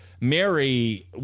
Mary